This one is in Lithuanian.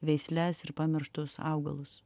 veisles ir pamirštus augalus